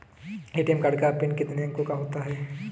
ATM card का PIN कितने अंकों का होता है?